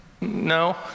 No